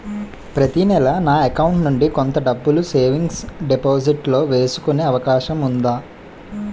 ప్రతి నెల నా అకౌంట్ నుండి కొంత డబ్బులు సేవింగ్స్ డెపోసిట్ లో వేసుకునే అవకాశం ఉందా?